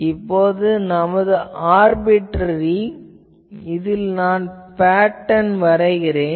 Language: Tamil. இது நமது ஆர்பிட்ரரி இதில் நான் இந்த பேட்டர்ன் வரைகிறேன்